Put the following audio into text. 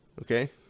Okay